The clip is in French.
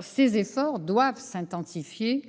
Ces efforts doivent s'intensifier,